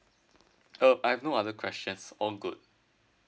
uh I have no other questions all good